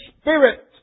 Spirit